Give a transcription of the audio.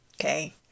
okay